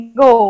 go